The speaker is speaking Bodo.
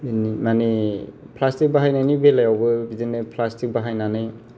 माने प्लासटिक बाहायनायनि बेलायावबो बिदिनो प्लासटिक बाहायनानै